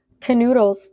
Canoodles